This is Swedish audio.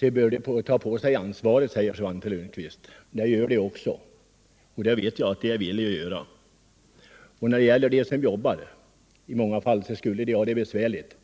bör ta på sig ansvaret. Jag vet att de också gör det.